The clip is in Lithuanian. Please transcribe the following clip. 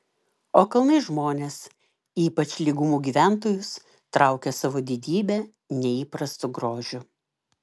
o kalnai žmones ypač lygumų gyventojus traukia savo didybe neįprastu grožiu